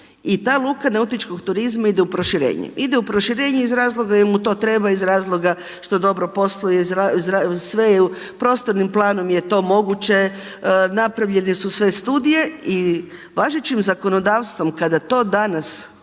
I ta luka nautičkog turizma ide u proširenje. Ide u proširenje iz razloga jer mu to treba, iz razloga što dobro posluje, sve je, prostornim planom je to moguće. Napravljene su sve studije i važećim zakonodavstvom kada to danas